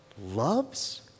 loves